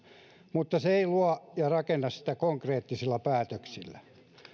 mutta se ei luo ja rakenna sitä konkreettisilla päätöksillä